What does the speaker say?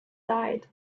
died